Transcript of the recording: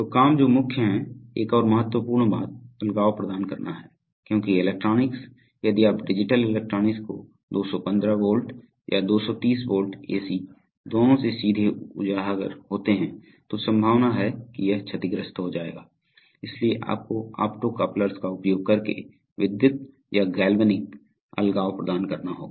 तो काम जो मुख्य हैं एक और महत्वपूर्ण बात अलगाव प्रदान करना है क्योंकि इलेक्ट्रॉनिक्स यदि आप डिजिटल इलेक्ट्रॉनिक्स को 215 वोल्ट या 230 वोल्ट एसी दोनों से सीधे उजागर होते हैं तो संभावना है कि यह क्षतिग्रस्त हो जाएगा इसलिए आपको ऑप्टो कप्लर्स का उपयोग करके विद्युत या गैल्वेनिक अलगाव प्रदान करना होगा